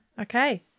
okay